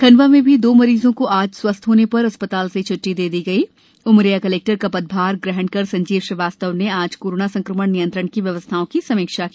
खंडवा में भी दो मरीजों को आज स्वस्थ होने पर अस्पताल से छ्ट्टी दे दी गयी उमरिया कलेक्टर का पद भार ग्रहण कर संजीव श्रीवास्तव ने आज कोरोना संक्रमण नियंत्रण की व्यवस्थाओं की समीक्षा की